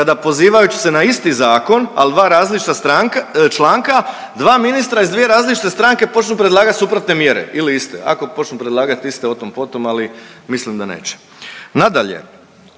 kada pozivajući se na isti zakon, al dva različita članka, dva ministra iz dvije različite stranke počnu predlagat suprotne mjere ili iste, ako počnu predlagat iste o tom po tom, ali mislim da neće. Nadalje,